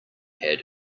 had